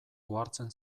ohartzen